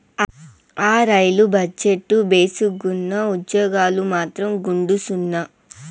ఆ, రైలు బజెట్టు భేసుగ్గున్నా, ఉజ్జోగాలు మాత్రం గుండుసున్నా